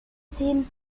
scene